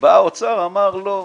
בא משרד האוצר ואמר: לא.